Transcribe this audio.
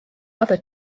other